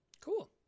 cool